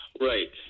Right